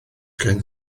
gen